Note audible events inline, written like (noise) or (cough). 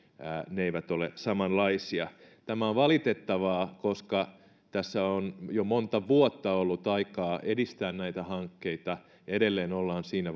ne eivät ole samanlaisia tämä on valitettavaa koska tässä on jo monta vuotta ollut aikaa edistää näitä hankkeita ja edelleen ollaan siinä (unintelligible)